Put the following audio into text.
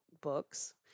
books